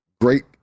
great